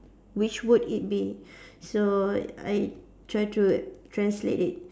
which would it be so I try to translate it